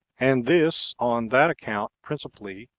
and this on that account principally,